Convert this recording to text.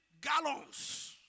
gallons